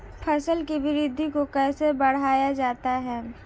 फसल की वृद्धि को कैसे बढ़ाया जाता हैं?